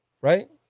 right